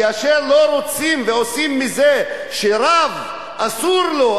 כאשר לא רוצים ועושים מזה שרב אסור לו,